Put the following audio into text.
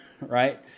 right